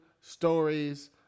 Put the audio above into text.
stories